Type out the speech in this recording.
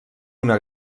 una